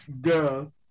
girl